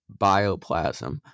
bioplasm